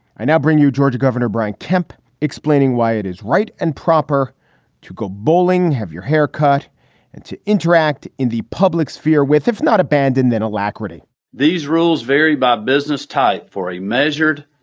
i now bring you georgia governor brian kemp, explaining why it is right and proper to go bowling, have your hair cut and to interact in the public sphere with, if not abandoned, then alacrity these rules vary by business type for a measured,